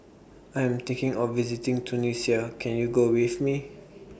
I'm thinking of visiting Tunisia Can YOU Go with Me